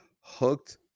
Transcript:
Hooked